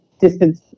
distance